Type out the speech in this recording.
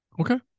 Okay